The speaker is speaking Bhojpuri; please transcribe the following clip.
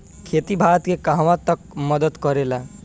खेती भारत के कहवा तक मदत करे ला?